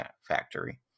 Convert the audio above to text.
factory